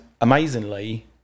amazingly